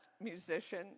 musician